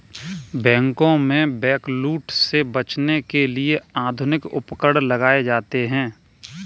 बैंकों में बैंकलूट से बचने के लिए आधुनिक उपकरण लगाए जाते हैं